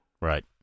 Right